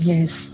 Yes